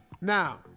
Now